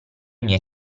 miei